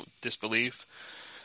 disbelief